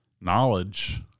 knowledge